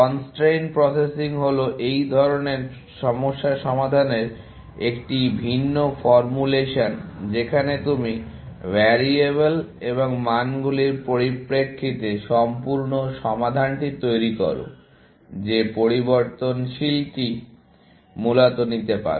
constrain processing হল এই ধরনের সমস্যা সমাধানের একটি ভিন্ন ফর্মুলেশন যেখানে তুমি ভেরিয়েবল এবং মানগুলির পরিপ্রেক্ষিতে সম্পূর্ণ সমস্যাটি তৈরি করো যে পরিবর্তনশীলটি মূলত নিতে পারো